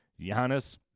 Giannis